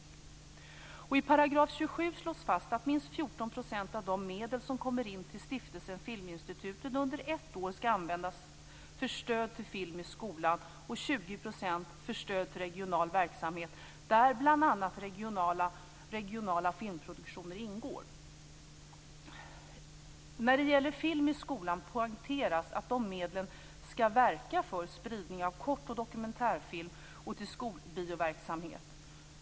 I 27 § slås fast att minst 14 % av de medel som kommer in till Stiftelsen Svenska Filminstitutet under ett år ska användas för stöd till film i skolan och 20 % När det gäller film i skolan poängteras att de medlen ska verka för spridning av kort och dokumentärfilm och till skolbioverksamhet.